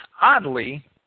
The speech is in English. Oddly